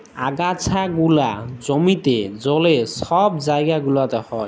আগাছা গুলা জমিতে, জলে, ছব জাইগা গুলাতে হ্যয়